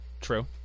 true